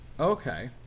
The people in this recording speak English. Okay